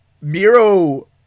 Miro